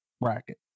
bracket